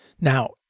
Now